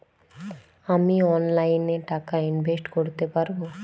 আমি অনলাইনে টাকা ইনভেস্ট করতে পারবো?